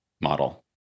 model